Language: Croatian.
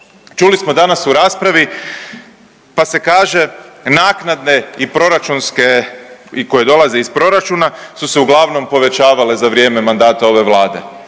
Čuli smo danas u raspravi pa se kaže naknade i proračunske i koje dolaze iz proračuna su se uglavnom povećavale za vrijeme mandata ove Vlade.